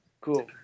Cool